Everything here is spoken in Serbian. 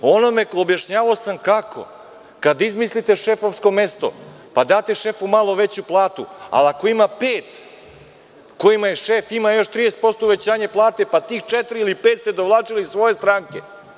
Objašnjavao sam kako, kada izmislite šefovsko mesto pa date šefu malo veću platu, a ako ima pet kojima je šef ima još 30% uvećanje plate, pa tih četiri ili pet ste dovlačili iz svoje stranke.